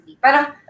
Parang